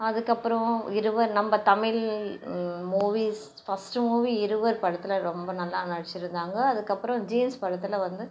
அதுக்கப்புறம் இருவர் நம்ம Tamil movies first movie Iruvar படத்தில் ரொம்ப நல்லா நடிச்சுருந்தாங்க அதுக்கப்புறம் ஜீன்ஸ் படத்தில் வந்து